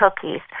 cookies